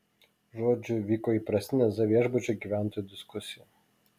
žodžiu vyko įprastinė z viešbučio gyventojų diskusija